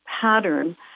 pattern